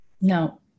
No